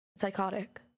Psychotic